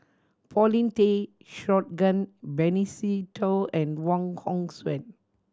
Paulin Tay Straughan Benny Se Teo and Wong Hong Suen